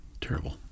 Terrible